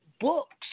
books